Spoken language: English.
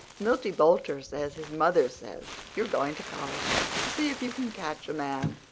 milty boulter says his mother says you're going to college to see if you can catch a man.